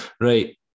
right